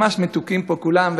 ממש מתוקים פה כולם,